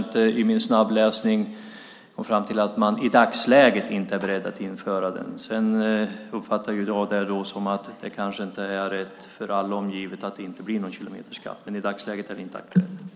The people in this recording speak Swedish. När det gäller kilometerskatten är man i dagsläget inte beredd att införa den. Jag uppfattar det dock som att det kanske inte är allom givet att det inte blir någon kilometerskatt, men i dagsläget är det inte aktuellt.